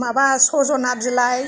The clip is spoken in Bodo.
माबा सोरजिना बिलाय